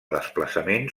desplaçament